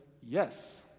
Yes